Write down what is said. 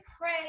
pray